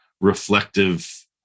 reflective